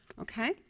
Okay